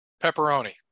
Pepperoni